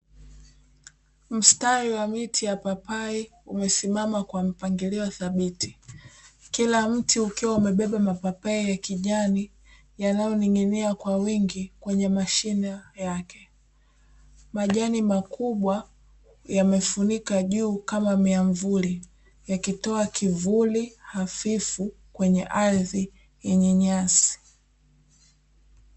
Mstari wa miti ya papai umesimama kwa mpangilio thabiti. Kila mti ukiwa umebeba mapapai ya kijani yanayoning’inia kwa wingi kwenye mashina yake. Majani makubwa yamefunika juu kama mia mvuli, yakitoa kivuli hafifu kwenye ardhi yenye nyasi.